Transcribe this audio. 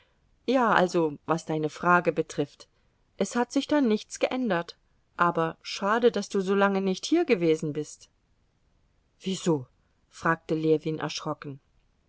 ja also was deine frage betrifft es hat sich da nichts geändert aber schade daß du so lange nicht hier gewesen bist wieso fragte ljewin erschrocken